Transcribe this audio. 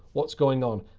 what's going on?